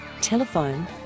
Telephone